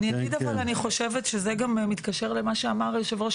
אבל אני חושבת שזה גם מתקשר למה שאמר יושב-ראש